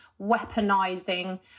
weaponizing